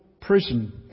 prison